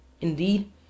Indeed